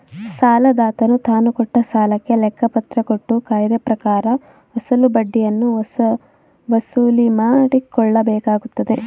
ಸಾಲದಾತನು ತಾನುಕೊಟ್ಟ ಸಾಲಕ್ಕೆ ಲೆಕ್ಕಪತ್ರ ಕೊಟ್ಟು ಕಾಯ್ದೆಪ್ರಕಾರ ಅಸಲು ಬಡ್ಡಿಯನ್ನು ವಸೂಲಿಮಾಡಕೊಳ್ಳಬೇಕಾಗತ್ತದೆ